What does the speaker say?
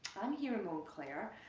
i'm here in montclair,